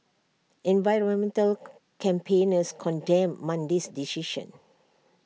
environmental campaigners condemned Monday's decision